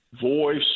voice